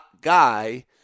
guy